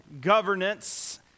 governance